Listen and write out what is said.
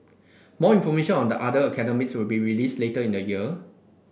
more information on the other academies will be released later in the year